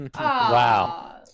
Wow